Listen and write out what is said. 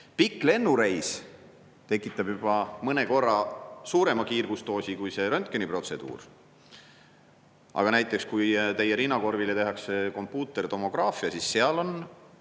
Pikk lennureis tekitab juba paar korda suurema kiirgusdoosi kui röntgeniprotseduur. Aga näiteks, kui teie rinnakorvile tehakse kompuutertomograafia, siis on